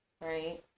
Right